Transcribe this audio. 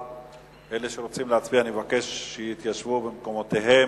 אלה שרוצים להצביע, אני מבקש שיתיישבו במקומותיהם.